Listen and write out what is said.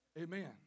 Amen